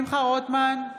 שמחה רוטמן,